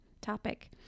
topic